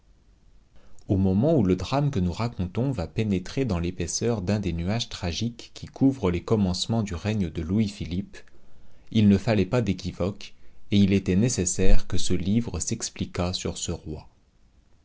au moment où le drame que nous racontons va pénétrer dans l'épaisseur d'un des nuages tragiques qui couvrent les commencements du règne de louis-philippe il ne fallait pas d'équivoque et il était nécessaire que ce livre s'expliquât sur ce roi